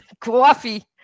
Coffee